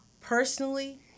Personally